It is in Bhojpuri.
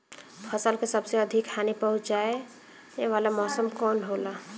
फसल के सबसे अधिक हानि पहुंचाने वाला मौसम कौन हो ला?